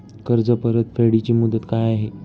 कर्ज परतफेड ची मुदत काय आहे?